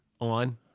on